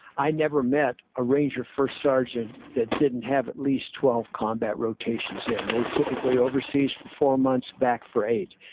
i never met a ranger first sergeant that didn't have at least twelve combat rotations in. they typically overseas for four months, back for eight,